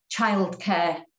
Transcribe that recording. childcare